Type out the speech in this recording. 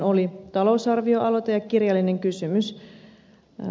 oli talousarvioaloite ja kirjallinen kysymys